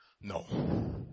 No